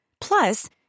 Plus